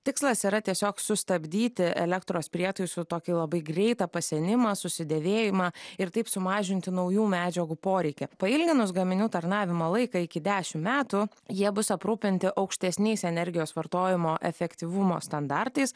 tikslas yra tiesiog sustabdyti elektros prietaisų tokį labai greitą pasenimą susidėvėjimą ir taip sumažinti naujų medžiagų poreikį pailginus gaminių tarnavimo laiką iki dešimt metų jie bus aprūpinti aukštesniais energijos vartojimo efektyvumo standartais